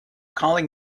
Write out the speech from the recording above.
calling